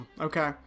Okay